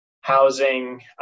housing